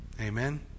Amen